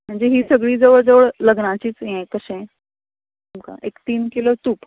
म्हणजे ही सगळी जवळ जवळ लग्नांचीच हे कशें एक तीन किलो तूप